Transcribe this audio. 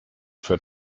für